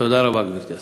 תודה רבה, גברתי.